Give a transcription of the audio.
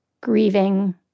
grieving